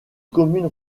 commune